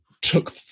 took